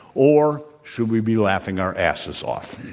or should we be laughing our asses off?